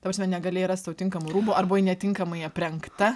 ta prasme negalėjai rast sau tinkamų rūbų ar buvai netinkamai aprengta